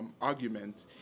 argument